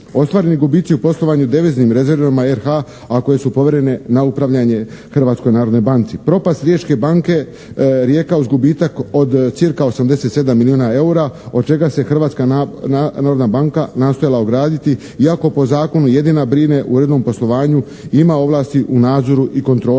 Ostvareni gubici u poslovanju deviznim rezervama RH-a a koje su povjerene na upravljanje Hrvatskoj narodnoj banci. Propast riječke banke "Rijeka" uz gubitak od cca. 87 milijuna eura od čega se Hrvatska narodna banka nastojala ograditi iako po zakonu jedina brine …/Govornik se ne razumije./… poslovanju ima ovlasti u nadzoru i kontroli